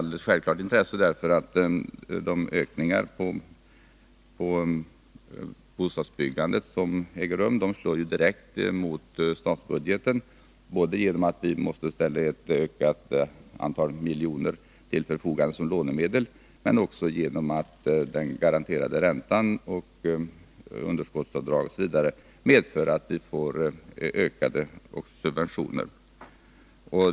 De prisökningar som sker på bostadsbyggandets område slår ju direkt mot statsbudgeten, genom att vi måste ställa ett ökat antal miljoner till förfogande som lånemedel. Vidare medför den garanterade räntan, underskottsavdragen osv. att subventionerna ökar.